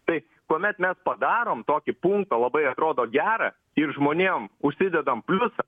tai kuomet mes padarom tokį punktą labai atrodo gera ir žmonėm užsidedam pliusą